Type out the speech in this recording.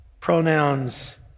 pronouns